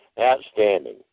Outstanding